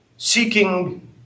seeking